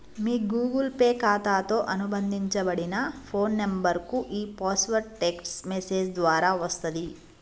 మీ Google Pay ఖాతాతో అనుబంధించబడిన phone నంబర్కు ఈ పాస్వర్డ్ టెక్ట్స్ మెసేజ్ ద్వారా వస్తది